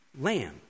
lamb